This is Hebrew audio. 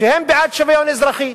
היתה שהם בעד שוויון אזרחי.